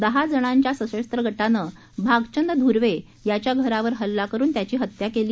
दहा जणांच्या सशस्त्र गटानं भागचंद धर्वे याच्या घरावर हल्ला करुन त्याची हत्या केली